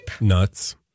Nuts